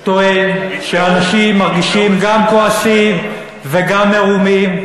אני טוען שאנשים מרגישים גם כועסים וגם מרומים,